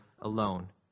alone